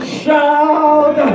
shout